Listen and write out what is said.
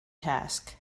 task